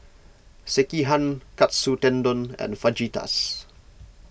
Sekihan Katsu Tendon and Fajitas